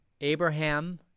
Abraham